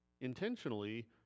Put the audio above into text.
intentionally